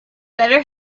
better